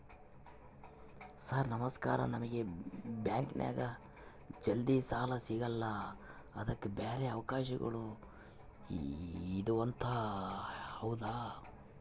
Sir ನಮಸ್ಕಾರ ನಮಗೆ ಬ್ಯಾಂಕಿನ್ಯಾಗ ಜಲ್ದಿ ಸಾಲ ಸಿಗಲ್ಲ ಅದಕ್ಕ ಬ್ಯಾರೆ ಅವಕಾಶಗಳು ಇದವಂತ ಹೌದಾ?